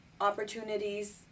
opportunities